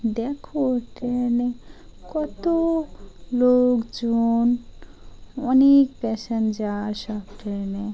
দেখো ট্রেনে কত লোকজন অনেক প্যাসেঞ্জার সব ট্রেনে